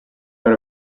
per